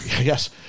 Yes